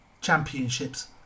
championships